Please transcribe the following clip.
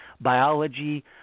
biology